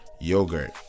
yogurt